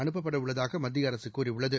அனுப்பப்படஉள்ளதாகமத்தியஅரசுகூறியுள்ளது